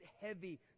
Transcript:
heavy